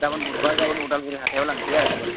गाबोन बुधबार गाबोन उदालगुरि हाथायाव लांनोसै आरो